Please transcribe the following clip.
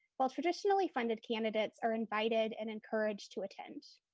while traditionally funded candidates are invited and encouraged to attend.